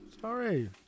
Sorry